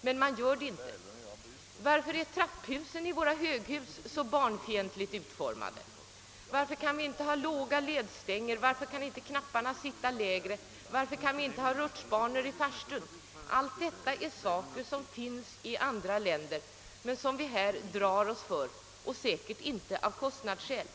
men man gör ingenting för att åstadkomma dem. Varför är trapphusen i våra höghus så barnfientligt utformade? Varför kan vi inte ha låga ledstänger, varför kan inte hissknapparna sitta lägre, och varför kan man inte ha rutschbanor i farstun? Allt detta är saker som finns i andra länder men som vi drar oss för att åstadkomma — säkerligen inte av kostnadsskäl.